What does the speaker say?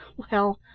well,